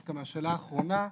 דווקא מהשאלה האחרונה,